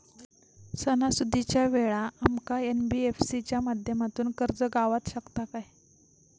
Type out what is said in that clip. सणासुदीच्या वेळा आमका एन.बी.एफ.सी च्या माध्यमातून कर्ज गावात शकता काय?